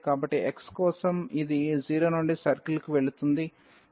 కాబట్టి x కోసం ఇది 0 నుండి సర్కిల్కు వెళుతుంది